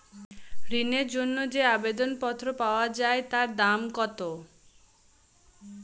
ঋণের জন্য যে আবেদন পত্র পাওয়া য়ায় তার দাম কত?